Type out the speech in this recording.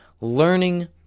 learning